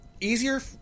easier